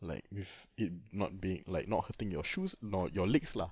like with it not being like not hurting your shoes not your legs lah